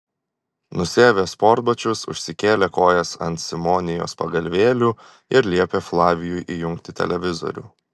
nusiavė sportbačius užsikėlė kojas ant simonijos pagalvėlių ir liepė flavijui įjungti televizorių